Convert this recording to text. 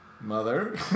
mother